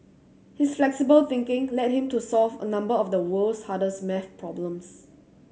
his flexible thinking led him to solve a number of the world's hardest math problems